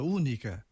única